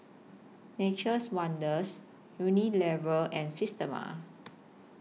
Nature's Wonders Unilever and Systema